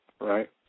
Right